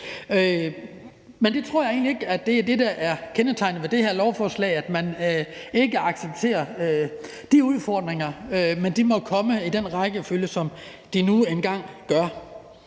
Men jeg tror egentlig ikke, at det er det, der er kendetegnet for det her lovforslag, altså at man ikke accepterer de udfordringer. Men de må komme i den rækkefølge, som de nu engang gør.